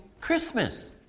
Christmas